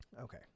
Okay